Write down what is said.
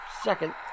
Second